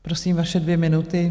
Prosím, vaše dvě minuty.